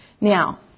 now